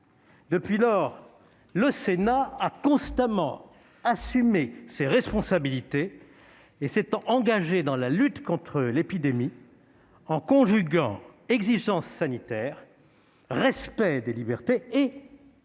Depuis lors, le Sénat a constamment assumé ses responsabilités et s'est engagé dans la lutte contre l'épidémie en conjuguant exigence sanitaire, respect des libertés et